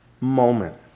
moment